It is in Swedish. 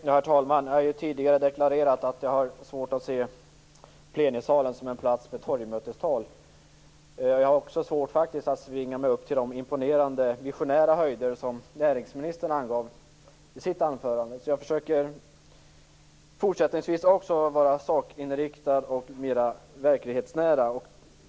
Herr talman! Jag har tidigare deklarerat att jag har svårt att se plenisalen som en plats för torgmötestal. Jag har faktiskt också svårt att svinga mig upp till de imponerande visionära höjder som näringsministern nådde i sitt anförande. Jag försöker också fortsättningsvis att vara sakinriktad och mer verklighetsnära.